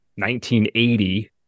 1980